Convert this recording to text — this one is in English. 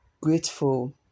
grateful